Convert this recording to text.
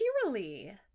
cheerily